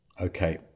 Okay